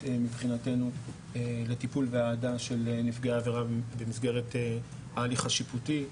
מבחינתנו לטיפול והעדה של נפגעי עבירה במסגרת ההליך השיפוטי.